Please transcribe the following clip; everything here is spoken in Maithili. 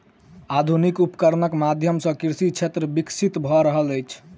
आधुनिक उपकरणक माध्यम सॅ कृषि क्षेत्र विकसित भ रहल अछि